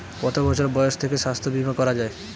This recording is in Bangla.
কত বছর বয়স থেকে স্বাস্থ্যবীমা করা য়ায়?